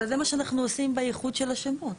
אבל זה מה שאנחנו עושים באיחוד של השמות.